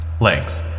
Legs